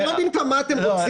אתם כבר לא יודעים מה אתם רוצים.